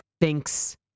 thinks